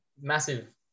massive